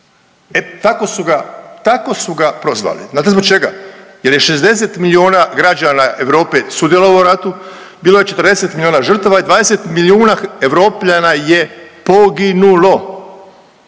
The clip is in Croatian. ga, tako su ga prozvali. Znate bog čega? Jer je 60 miliona građana Europe sudjelovalo u ratu, bilo je 50 miliona žrtava i 20 milijuna Europljana je poginulo.